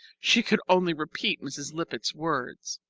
she could only repeat mrs. lippett's words.